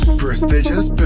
prestigious